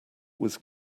was